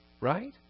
right